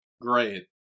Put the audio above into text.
great